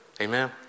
Amen